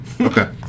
Okay